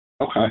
Okay